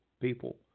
people